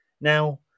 Now